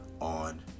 On